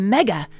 Mega